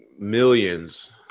millions